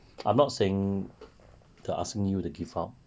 I'm not saying the asking you to give up